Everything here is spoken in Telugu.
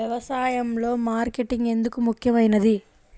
వ్యసాయంలో మార్కెటింగ్ ఎందుకు ముఖ్యమైనది?